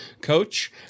coach